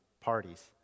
parties